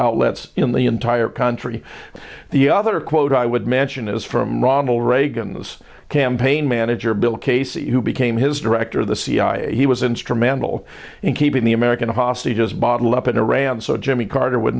outlets in the entire country and the other quote i would mention is from ronald reagan's campaign manager bill casey who became his director of the cia he was instrumental in keeping the american hostages bottled up in iran so jimmy carter would